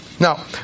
Now